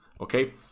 Okay